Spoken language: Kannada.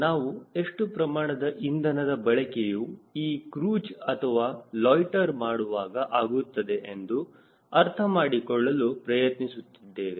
ನಾವು ಎಷ್ಟು ಪ್ರಮಾಣದ ಇಂಧನದ ಬಳಕೆಯು ಈ ಕ್ರೂಜ್ ಅಥವಾ ಲೊಯ್ಟ್ಟೆರ್ ಮಾಡುವಾಗ ಆಗುತ್ತದೆ ಎಂದು ಅರ್ಥಮಾಡಿಕೊಳ್ಳಲು ಪ್ರಯತ್ನಿಸುತ್ತಿದ್ದೇವೆ